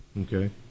Okay